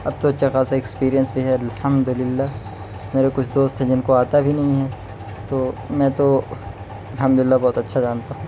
اب تو اچّھا خاصہ ایکسپرئنس بھی ہے الحمد للّہ میرے کچھ دوست ہیں جن کو آتا بھی نہیں ہے تو میں تو الحمد للّہ بہت اچّھا جانتا ہوں